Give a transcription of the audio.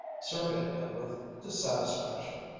surveyed them with dissatisfaction,